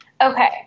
Okay